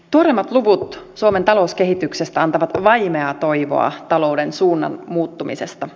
tuoreimmat luvut suomen talouskehityksestä antavat vaimeaa toivoa talouden suunnan muuttumisesta